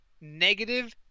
negative